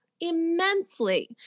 immensely